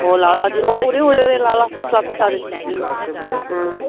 ꯑꯣ ꯂꯥꯛꯑꯣ ꯂꯥꯛꯑꯣ ꯑꯗꯨꯗꯤ ꯑꯣ ꯎꯔꯦ ꯎꯔꯦ ꯎꯔꯦ ꯂꯥꯛꯑꯣ ꯂꯥꯛꯑꯣ ꯆꯠꯁꯤ ꯂꯥꯛꯑꯣ ꯆꯠꯁꯤ ꯂꯥꯛꯑꯣ ꯑꯗꯨꯗꯤ ꯎꯝ ꯑꯥ